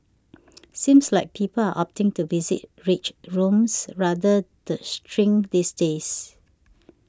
seems like people are opting to visit rage rooms rather the shrink these days